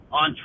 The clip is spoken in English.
on